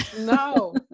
No